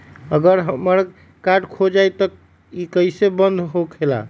अगर हमर कार्ड खो जाई त इ कईसे बंद होकेला?